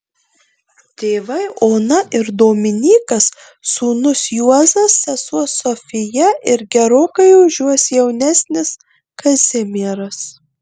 tėvai ona ir dominykas sūnus juozas sesuo sofija ir gerokai už juos jaunesnis kazimieras